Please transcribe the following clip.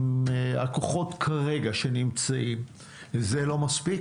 הכוחות שנמצאים כרגע זה לא מספיק.